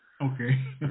Okay